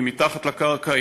אם מתחת לקרקע,